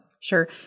Sure